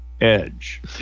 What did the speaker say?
edge